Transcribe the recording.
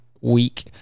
week